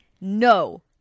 no